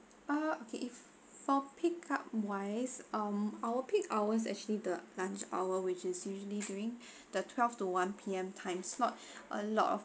uh okay if for pickup wise um our peak hours actually the lunch hour which is usually during the twelve to one P_M time slot a lot of people